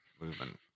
movement